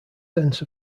sense